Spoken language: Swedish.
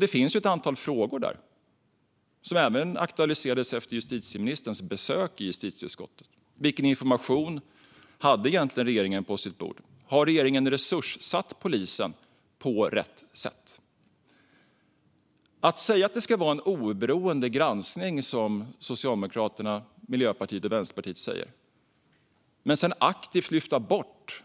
Här finns det ett antal frågor, som aktualiserades efter justitieministerns besök i justitieutskottet. Vilken information hade egentligen regeringen på sitt bord? Har regeringen resurssatt polisen på rätt sätt? Att säga att det ska vara en oberoende granskning, som Socialdemokraterna, Miljöpartiet och Vänsterpartiet säger, men sedan aktivt lyfta bort